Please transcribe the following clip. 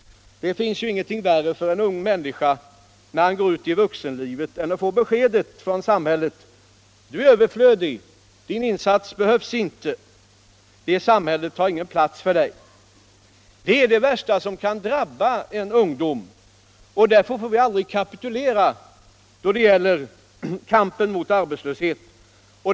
Det finns ingenting värre för en ung människa som skall gå ut i vuxenlivet än att få beskedet från samhället: Du är överflödig, din insats behövs inte, det här samhället har ingen plats för dig. Därför får vi aldrig kapitulera då det gäller kampen mot arbetslösheten.